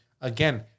again